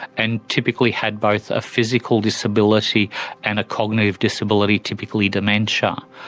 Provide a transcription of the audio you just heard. and typically had both a physical disability and a cognitive disability, typically dementia.